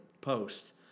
post